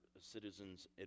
Citizens